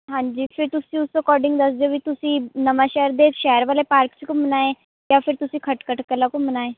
ਹਾਂਜੀ ਫਿਰ ਤੁਸੀਂ ਉਸ ਅਕੋਰਡਿੰਗ ਦੱਸ ਦਿਓ ਵੀ ਤੁਸੀਂ ਨਵਾਂਸ਼ਹਿਰ ਦੇ ਸ਼ਹਿਰ ਵਾਲੇ ਪਾਰਕ 'ਚ ਘੁੰਮਣਾ ਹੈ ਜਾਂ ਫਿਰ ਤੁਸੀਂ ਖਟਕੜ ਕਲਾਂ ਘੁੰਮਣਾ ਹੈ